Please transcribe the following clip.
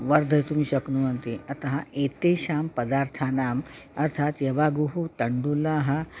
वर्धयितुं शक्नुवन्ति अतः एतेषां पदार्थानाम् अर्थात् यवागुः तण्डुलाः